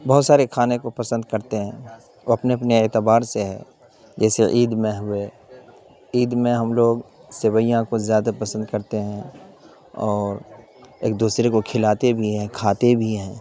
بہت سارے کھانے کو پسند کرتے ہیں وہ اپنے اپنے اعتبار سے ہے جیسے عید میں ہوئے عید میں ہم لوگ سیوئیاں کو زیادہ پسند کرتے ہیں اور ایک دوسرے کو کھلاتے بھی ہیں کھاتے بھی ہیں